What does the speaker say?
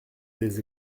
des